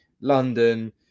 London